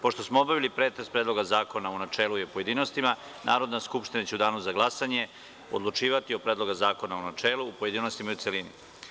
Pošto smo obavili pretres Predloga zakona u načelu i u pojedinostima, Narodna skupština će u Danu za glasanje odlučivati o Predlogu zakona u načelu, pojedinostima i u celini.